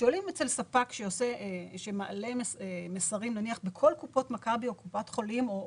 כשעולים אצל ספק שמעלה מסרים בכל קופות מכבי או כללית